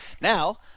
Now